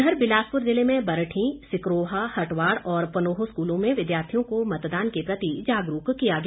उधर बिलासपुर ज़िले में बरठीं सिकरोहा हटवाड़ और पनोह स्कूलों में विद्यार्थियों को मतदान के प्रति जागरूक किया गया